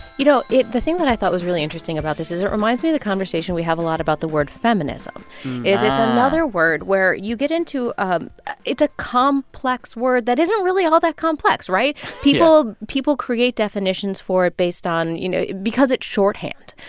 you know, it the thing that i thought was really interesting about this is it reminds me of the conversation we have a lot about the word feminism is it's. ah. another word where you get into a it's a complex word that isn't really all that complex, right? yeah people create definitions for it based on you know, because it's shorthand.